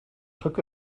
took